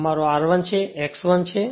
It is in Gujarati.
આ મારો x1 છે